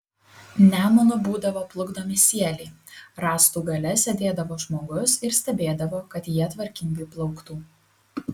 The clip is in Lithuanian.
nemunu būdavo plukdomi sieliai rąstų gale sėdėdavo žmogus ir stebėdavo kad jie tvarkingai plauktų